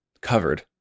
Covered